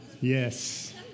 Yes